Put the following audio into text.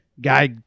guy